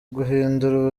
guhindura